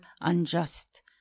unjust